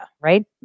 right